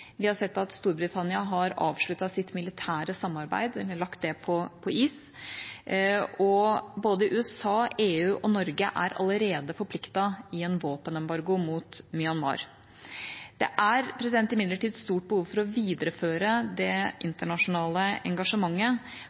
Vi har sett at Storbritannia har avsluttet sitt militære samarbeid eller lagt det på is, og både USA, EU og Norge er allerede forpliktet i en våpenembargo mot Myanmar. Det er imidlertid stort behov for å videreføre det internasjonale engasjementet